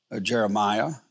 Jeremiah